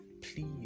please